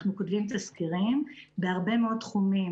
אנחנו כותבים תסקירים בהרבה מאוד תחומים.